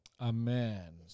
amen